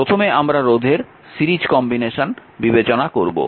প্রথমে আমরা রোধের সিরিজ কম্বিনেশন বিবেচনা করব